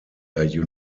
der